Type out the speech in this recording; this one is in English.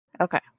Okay